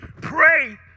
Pray